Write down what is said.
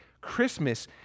Christmas